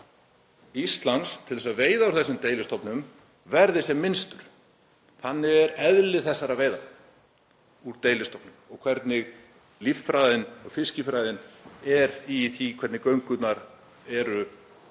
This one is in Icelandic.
Íslands til að veiða úr þessum deilistofnum verði sem minnstur. Þannig er eðli þessara veiða úr deilistofnum og hvernig líffræðin og fiskifræðin er í því hvernig göngurnar eru